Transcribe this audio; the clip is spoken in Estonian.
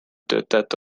töötajate